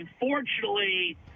unfortunately